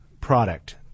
product